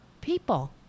People